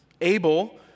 Abel